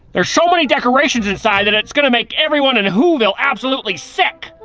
there's so many decorations inside that it's gonna make everyone in whoville absolutely sick.